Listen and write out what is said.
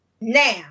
Now